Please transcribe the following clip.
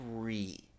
three